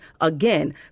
Again